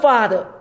Father